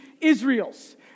Israel's